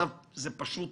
מצב זה פשוט